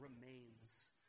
remains